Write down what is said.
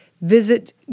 visit